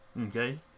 Okay